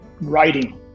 writing